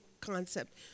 concept